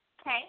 Okay